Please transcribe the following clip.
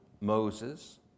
Moses